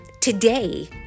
today